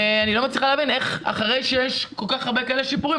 ואני לא מצליחה להבין אחרי שיש כאלה שיפורים